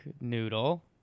noodle